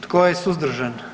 Tko je suzdržan?